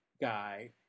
guy